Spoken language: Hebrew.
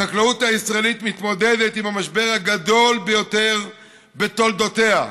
החקלאות הישראלית מתמודדת עם המשבר הגדול ביותר בתולדותיה,